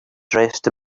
dressed